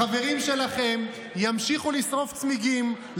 החברים שלכם ימשיכו לשרוף צמיגים,